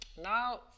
now